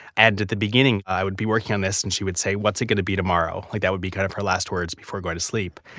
and at the beginning, i would be working on this and she would say, what's it going to be tomorrow? like that would be kind of her last words before going to sleep.